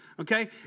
okay